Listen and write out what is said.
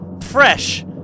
Fresh